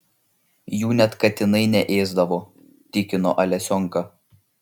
jų net katinai neėsdavo tikino alesionka